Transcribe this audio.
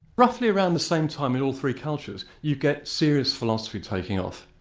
roughly around the same time in all three cultures, you get serious philosophy taking off.